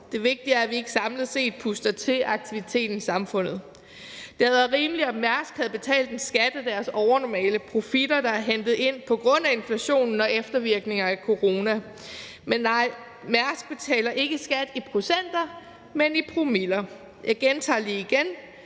Det vigtige er, at vi ikke samlet set puster til aktiviteten i samfundet. Det havde været rimeligt, om Mærsk havde betalt en skat af deres overnormale profitter, der er hentet ind på grund af inflationen og eftervirkningerne af corona. Men nej, Mærsk betaler ikke skat i procenter, men i promiller. Jeg gentager lige: